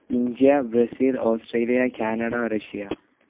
India Brazil Australia Canada Russia